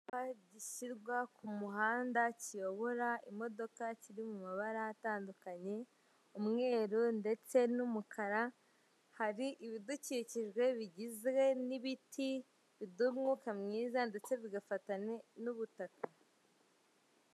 Icyapa gishyirwa ku muhanda kiyobora imodoka kiri mu mabara atandukanye umweru ndetse n'umukara hari ibidukikije bigizwe n'ibiti biduha umwuka mwiza ndetse bigafatanya n'ubutaka.